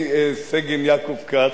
אני, סגן יעקב כץ,